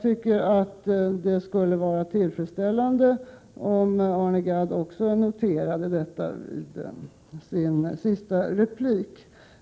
Det skulle vara tillfredsställande om Arne Gadd också noterade detta i sin sista replik.